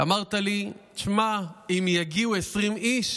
אמרת לי: תשמע, אם יגיעו 20 איש